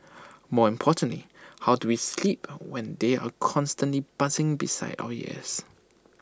more importantly how do we sleep when they are constantly buzzing beside our ears